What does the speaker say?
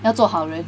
要做好人